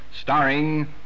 starring